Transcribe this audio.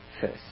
first